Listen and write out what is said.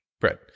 Bread